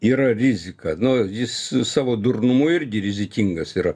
yra rizika nu jis savo durnumu irgi rizikingas yra